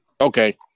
Okay